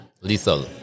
lethal